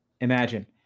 Imagine